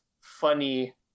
funny